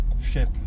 ship